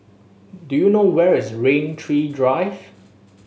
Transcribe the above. do you know where is Rain Tree Drive